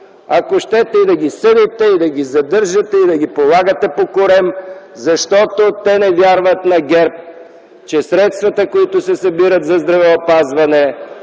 ако щете и да ги съдите, и да ги задържате, и да ги полагате по корем, защото те не вярват на ГЕРБ, че средствата, които се събират за здравеопазване,